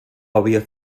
havia